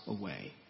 away